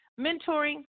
mentoring